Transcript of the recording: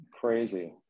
crazy